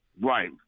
Right